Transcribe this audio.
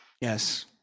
Yes